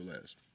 last